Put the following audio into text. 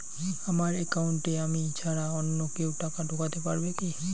আমার একাউন্টে আমি ছাড়া অন্য কেউ টাকা ঢোকাতে পারবে কি?